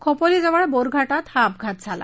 खोपोलीजवळ बोरघाटात हा अपघात झाला